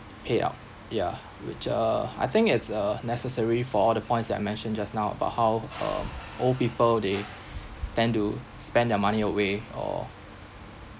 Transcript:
payout yeah which uh I think it's uh necessary for all the points that I mentioned just now about how uh old people they tend to spend their money away or